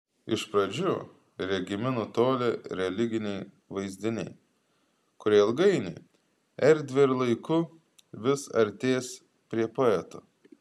iš pradžių regimi nutolę religiniai vaizdiniai kurie ilgainiui erdve ir laiku vis artės prie poeto